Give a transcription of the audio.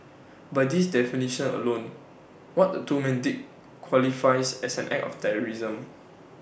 by this definition alone what the two men did qualifies as an act of terrorism